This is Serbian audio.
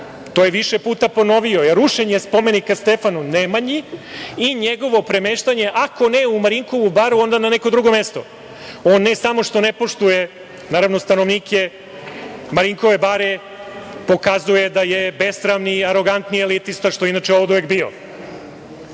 to je više puta ponovio, je rušenje spomenika Stefanu Nemanji i njegovo premeštanje, ako ne u Marinkovu baru, onda na neko drugo mesto. On ne samo što ne poštuje, naravno stanovnike Marinkove bare, pokazuje da je besramni, arogantni elitista, što je, inače oduvek i